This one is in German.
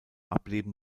ableben